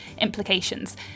implications